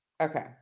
Okay